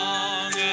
Long